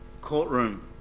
courtroom